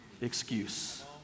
excuse